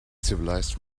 civilized